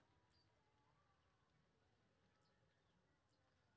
मवेशी सं गोबरो भेटै छै, जइसे खाद आ गोइठा बनै छै